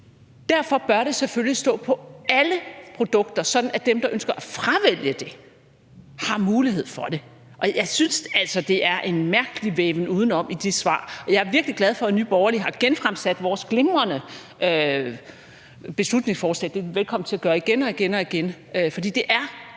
Derfor bør det selvfølgelig stå på alle produkter, sådan at dem, der ønsker at fravælge det, har mulighed for det, og jeg synes altså, det er en mærkelig væven udenom i det svar ikke Jeg er virkelig glad for, at Nye Borgerlige har genfremsat vores glimrende beslutningsforslag, og det er de velkommen til at gøre igen og igen. For det er